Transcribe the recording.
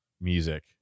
music